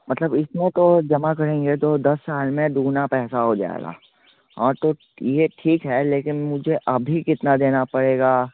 मतलब इसमें तो जमा करेंगे तो दस साल में दुगना पैसा हो जाएगा हाँ तो यह ठीक है लेकिन मुझे अभी कितना देना पड़ेगा